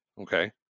Okay